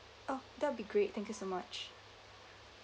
oh that would be great thank you so much